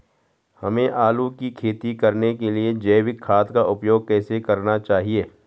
हमें आलू की खेती करने के लिए जैविक खाद का उपयोग कैसे करना चाहिए?